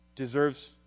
deserves